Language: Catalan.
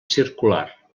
circular